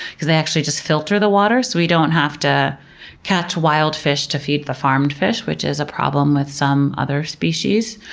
because they actually just filter the water, so we don't have to catch wild fish to feed the farmed fish, which is a problem with some other species.